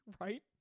right